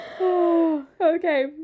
Okay